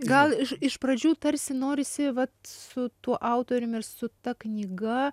gal iš iš pradžių tarsi norisi vat su tuo autorium ir su ta knyga